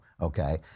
okay